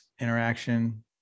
interaction